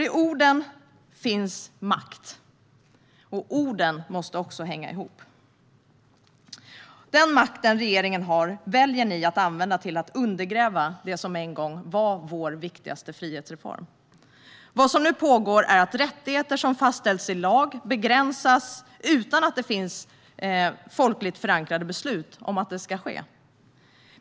I orden finns makt, och orden måste hänga ihop. Den makt regeringen har väljer ni att använda till att undergräva det som en gång var vår viktigaste frihetsreform. Vad som nu pågår är att rättigheter som fastställts i lag begränsas utan att det finns folkligt förankrade beslut om att det ska ske.